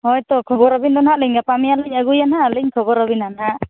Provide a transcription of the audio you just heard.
ᱦᱳᱭ ᱛᱚ ᱠᱷᱚᱵᱚᱨ ᱟᱵᱤᱱᱟ ᱱᱟᱦᱟᱸᱜ ᱞᱤᱧ ᱜᱟᱯᱟᱼᱢᱮᱭᱟᱝᱞᱤᱧ ᱟᱹᱜᱩᱭᱟ ᱦᱟᱸᱜ ᱟᱨᱞᱤᱧ ᱠᱷᱚᱵᱚᱨᱟᱵᱤᱱᱟ ᱱᱟᱦᱟᱜ